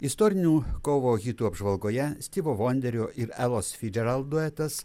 istorinių kovo hitų apžvalgoje stivo vonderio ir evos fidžerald duetas